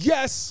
Yes